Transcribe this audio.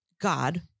God